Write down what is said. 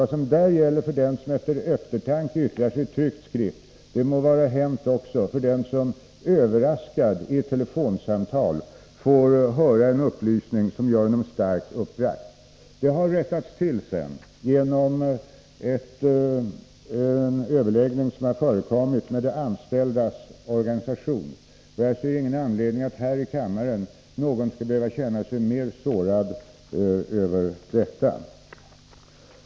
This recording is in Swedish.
Vad som där gäller för den som med eftertanke yttrar sig i tryckt skrift må gälla också för den som överraskad i ett telefonsamtal får en upplysning som gör honom starkt uppbragt. Uttalandet har sedan rättats till genom en överläggning som förekommit med de anställdas organisation. Och jag ser ingen anledning att någon här i kammaren skulle behöva känna sig mer sårad över detta.